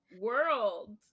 world